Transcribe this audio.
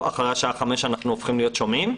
אחרי השעה 17:00 אנחנו הופכים להיות שומעים?